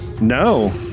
No